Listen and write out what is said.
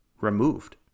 removed